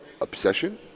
obsession